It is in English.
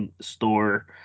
store